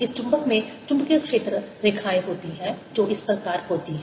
इस चुंबक में चुंबकीय क्षेत्र रेखाएँ होती हैं जो इस प्रकार होती हैं